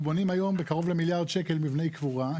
אנחנו בונים היום קרוב למיליארד שקלים מבני קבורה,